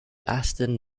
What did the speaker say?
aston